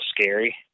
scary